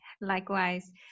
Likewise